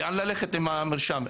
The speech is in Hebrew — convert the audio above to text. לאן ללכת עם המרשם?